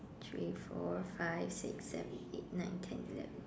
three four five six seven eight nine ten eleven